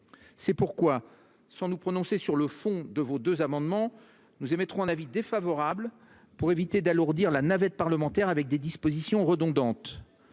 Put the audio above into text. C'est pourquoi, sans me prononcer sur le fond de ces deux amendements, j'émettrai un avis défavorable afin d'éviter d'alourdir la navette parlementaire avec des dispositions redondantes.